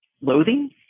Loathing